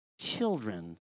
children